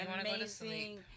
amazing